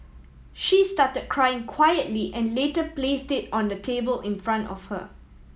she started crying quietly and later placed it on the table in front of her